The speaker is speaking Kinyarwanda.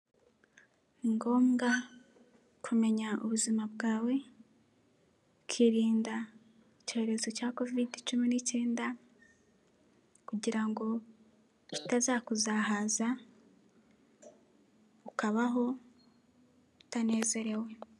Ni ngombwa kumenya ubuzima bwawe, ukirinda icyorezo cya kovide cumi n'ikenda, kugira ngo itazakuzahaza, ukabaho utanezerewe.